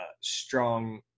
strong